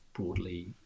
broadly